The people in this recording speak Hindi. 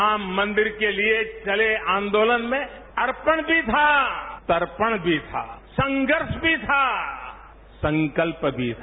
राम मंदिर के लिए चले आदोलन में अर्पण भी था तर्पण भी था संघर्ष भी था संकल्प भी था